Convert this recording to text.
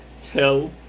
Tell